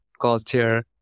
culture